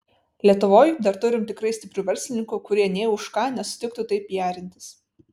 lietuvoj dar turim tikrai stiprių verslininkų kurie nė už ką nesutiktų taip pijarintis